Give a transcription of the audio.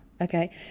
Okay